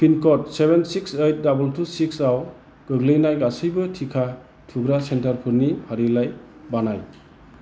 पिनक'ड seven six eight दाबोल two सिक्सआव गोग्लैनाय गासैबो टिका थुग्रा सेन्टारफोरनि फारिलाइ बानाय